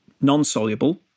non-soluble